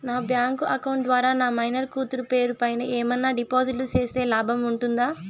నా bank account ద్వారా నా మైనర్ కూతురు పేరు పైన ఏమన్నా డిపాజిట్లు సేస్తే లాభం ఉంటుందా?